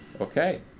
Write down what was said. okay